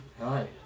Hi